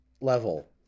level